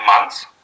months